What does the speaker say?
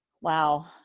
wow